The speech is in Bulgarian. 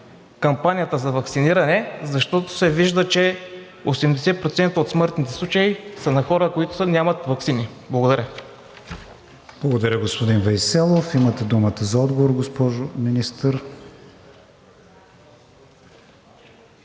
кампанията за ваксиниране, защото се вижда, че 80% от смъртните случаи са на хора, които нямат ваксини? Благодаря. ПРЕДСЕДАТЕЛ КРИСТИАН ВИГЕНИН: Благодаря, господин Вейселов. Имате думата за отговор, госпожо Министър.